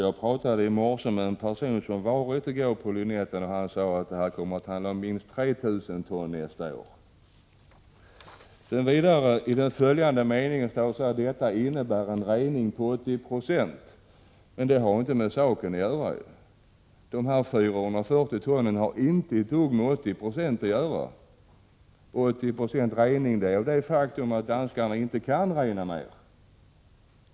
Jag talade i morse med en person som i går varit på Lynetten, och han sade att det kommer att handla om minst 3 000 ton nästa år. I den följande meningen säger statsrådet: ”Detta innebär en rening med ca 80 26.” Men det har inte med saken att göra. Dessa 440 ton har inte dugg att göra med 80 96. Att det talas om 80 96 rening beror på att danskarna inte kan rena mer.